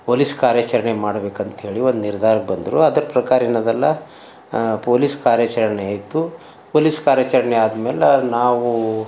police ಕಾರ್ಯಾಚರಣೆ ಮಾಡಬೇಕಂತೇಳಿ ಒಂದು ನಿರ್ಧಾರಕ್ಕೆ ಬಂದರು ಅದ್ರ ಪ್ರಕಾರ ಏನದಲ್ಲ ಪೊಲೀಸ್ ಕಾರ್ಯಾಚರಣೆಯಿತ್ತು ಪೊಲೀಸ್ ಕಾರ್ಯಾಚರಣೆ ಆದ್ಮೇಲೆ ನಾವು